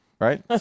right